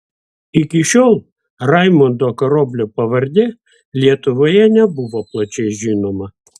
iki šiol raimundo karoblio pavardė lietuvoje nebuvo plačiai žinoma